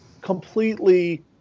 completely